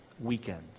weekend